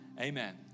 Amen